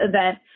event